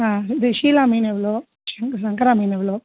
ஆ இந்த ஷீலா மீன் எவ்வளோ ஷங்கரா மீன் எவ்வளோ